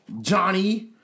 Johnny